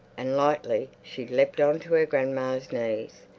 and lightly she leapt on to her grandma's knees,